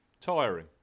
Tiring